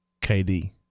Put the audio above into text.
KD